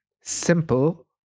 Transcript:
simple